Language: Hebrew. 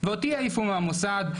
ואותי העיפו מהמוסד,